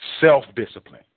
self-discipline